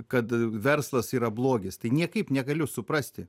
kad verslas yra blogis tai niekaip negaliu suprasti